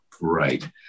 right